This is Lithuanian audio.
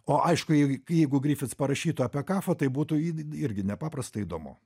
o aišku jeigu grifits parašytų apie kafą tai būtų irgi nepaprastai įdomu